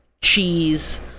cheese